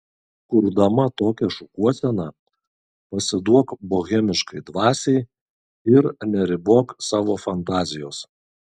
kurdama tokią šukuoseną pasiduok bohemiškai dvasiai ir neribok savo fantazijos